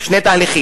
או שני תהליכים.